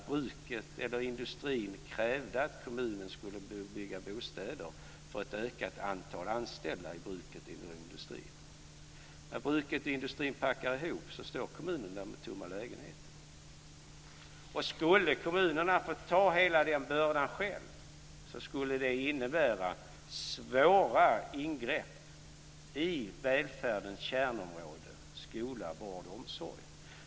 Bruket industrin. När bruket/industrin sedan packar ihop står kommunen där med tomma lägenheter. Om kommunerna själva fick ta hela den bördan skulle det innebära svåra ingrepp i välfärdens kärnområden - skolan, vården och omsorgen.